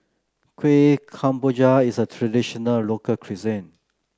Kuih Kemboja is a traditional local cuisine